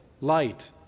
light